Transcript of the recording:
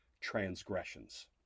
transgressions